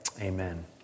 Amen